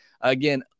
again